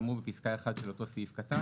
כאמור בפסקה (1) של אותו סעיף קטן,